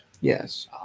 Yes